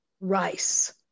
rice